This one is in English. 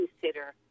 consider